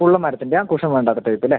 full മരത്തിൻ്റയാ cushion വേണ്ടാത്ത type അല്ലെ